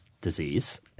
disease